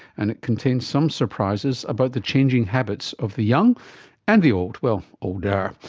and it contained some surprises about the changing habits of the young and the old, well, older.